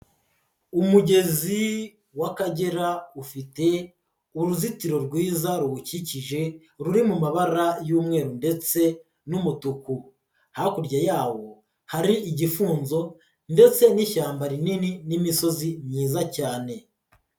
Umugezi w'Akagera ufite uruzitiro rwiza ruwukikije ruri mu mabara y'umweru ndetse n'umutuku. Hakurya yawo hari igifunzo ndetse n'ishyamba rinini n'imisozi myiza cyane.